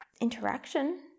interaction